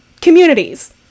communities